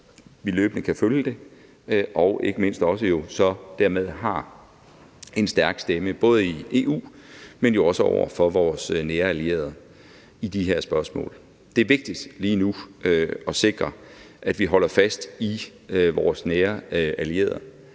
vi løbende kan følge det – og ikke mindst, at vi jo også dermed har en stærk stemme både i EU, men jo også over for vores nære allierede i de her spørgsmål. Det er vigtigt lige nu at sikre, at vi holder fast i vores nære allierede.